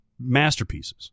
masterpieces